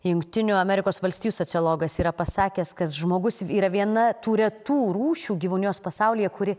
jungtinių amerikos valstijų sociologas yra pasakęs kad žmogus yra viena tų retų rūšių gyvūnijos pasaulyje kuri